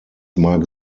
mag